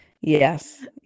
Yes